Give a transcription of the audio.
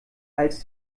als